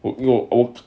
would you